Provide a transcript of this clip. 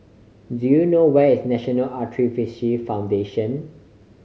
do you know where is National Arthritis Foundation